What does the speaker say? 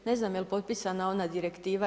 Ne znam jel potpisana ona direktiva?